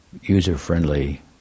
user-friendly